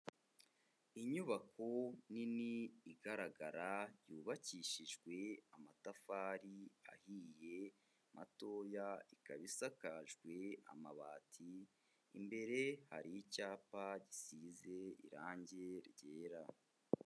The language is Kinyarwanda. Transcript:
Inyubako nini igaragara yubakishijwe amatafari ahiye matoya ikaba isakajwe amabati, imbere hari icyapa gisize irange ryera.